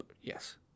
Yes